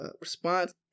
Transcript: response